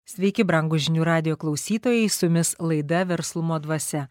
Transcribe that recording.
sveiki brangūs žinių radijo klausytojai su jumis laida verslumo dvasia